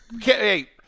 hey